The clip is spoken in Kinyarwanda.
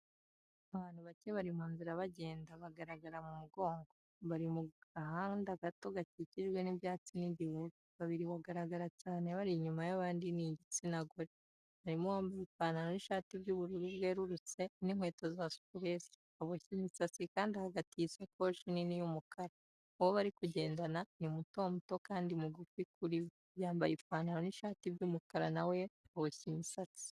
Abantu bake bari mu nzira bagenda, bagaragara mu mugongo. Bari mu gahanda gato gakijijwe n'ibyatsi n'igihuru. Babiri bagaragara cyane, bari inyuma y'abandi ni igitsina gore. harimo uwambaye ipantaro n'ishati by'ubururu bwerurutse, n'inkweko za superesi, aboshye imisatsi kandi ahagatiye isakotsi nini y'umukara. Uwo bari kugendana, ni muto muto kandi mugufi kuri we, yambaye ipantaro n'ishati by'umukara, na we aboshye imisatsi.